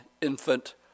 infant